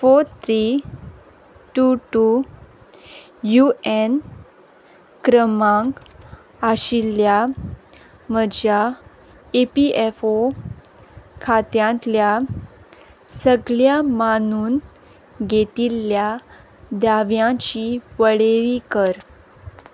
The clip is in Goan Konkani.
four three two two U N क्रमांक आशिल्ल्या म्हज्या ई पी एफ ओ खात्यांतल्या सगळ्या मानून घेतिल्ल्या दाव्यांची वळेरी कर